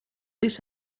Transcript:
this